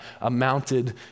amounted